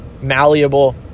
malleable